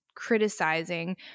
criticizing